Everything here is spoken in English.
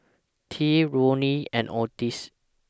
Tea Ronnie and Odis